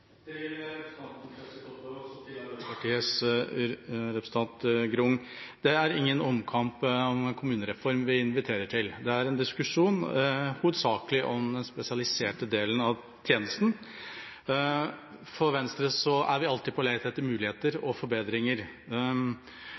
Til representantene Kjersti Toppe og Arbeiderpartiets Ruth Grung: Det er ingen omkamp om kommunereformen vi inviterer til. Det er en diskusjon hovedsakelig om den spesialiserte delen av tjenesten. I Venstre er vi alltid på let etter muligheter og forbedringer.